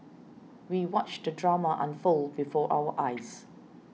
we watched the drama unfold before our eyes